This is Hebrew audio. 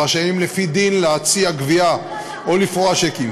הרשאים לפי דין להציג לגבייה או לפרוע שיקים.